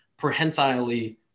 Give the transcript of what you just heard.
prehensilely